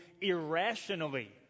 irrationally